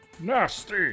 Nasty